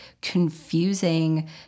confusing